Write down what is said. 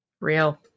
Real